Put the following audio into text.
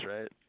right